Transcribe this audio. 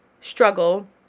struggle